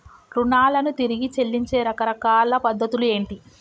రుణాలను తిరిగి చెల్లించే రకరకాల పద్ధతులు ఏంటి?